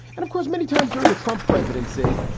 and of course, many times during the trump presidency,